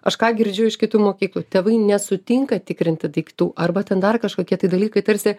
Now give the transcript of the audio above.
aš ką girdžiu iš kitų mokyklų tėvai nesutinka tikrinti daiktų arba ten dar kažkokie tai dalykai tarsi